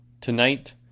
Tonight